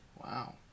Wow